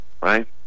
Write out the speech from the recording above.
right